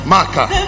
Marker